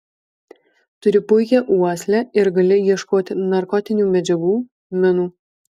turi puikią uoslę ir gali ieškoti narkotinių medžiagų minų